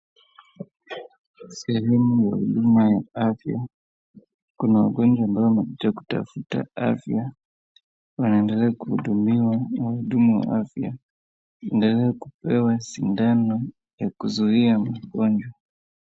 Sehemu muhimu ya afya, kuna wagonjwa ambao wamekuja kutafuta afya wanaendelea kuhudumiwa na wahudumu wa afya, wanaendelea kupewe sindano ya kuzuia magonjwa.